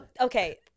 Okay